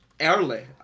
early